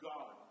God